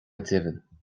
deimhin